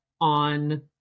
on